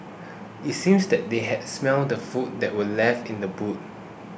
it seems that they had smelt the food that were left in the boot